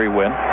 win